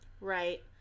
Right